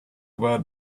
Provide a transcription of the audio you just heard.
where